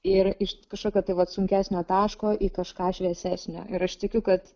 ir iš kažkokio tai vat sunkesnio taško į kažką šviesesnio ir aš tikiu kad